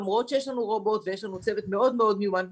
למרות שיש לנו רובוט ויש לנו צוות מאוד מיומן,